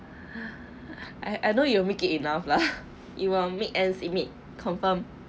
I I know you will make it enough lah you will make ends meet confirm